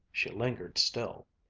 she lingered still.